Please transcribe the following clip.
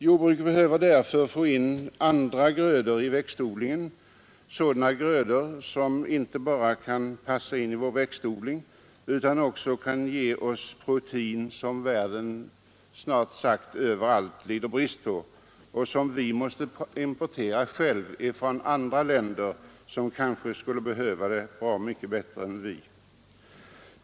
Jordbruket behöver därför få in andra grödor, som inte bara kan passa in i växtodlingen utan också kan ge oss protein, som det är brist på snart sagt överallt och som vi själva måste importera från andra länder, som kanske skulle behöva det mycket mer än vi.